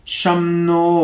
Shamno